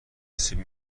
سیب